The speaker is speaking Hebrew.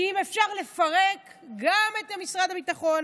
כי אם אפשר לפרק גם את משרד הביטחון,